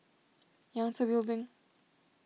Yangtze Building